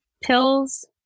pills